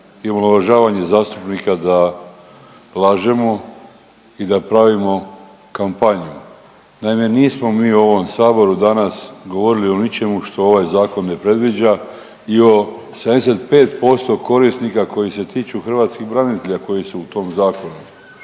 omalovažavanje zastupnika da lažemo i da pravimo kampanju. Naime, nismo mi u ovom Saboru danas govorili o ničemu što ovaj zakon ne predviđa i o 75% korisnika koji se tiču hrvatskih branitelja koji su u tom Zakonu.